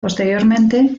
posteriormente